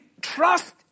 trust